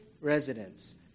residents